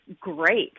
great